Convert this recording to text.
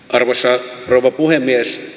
arvoisa rouva puhemies